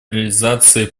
реализации